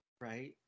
right